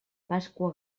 pasqua